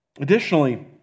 Additionally